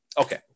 okay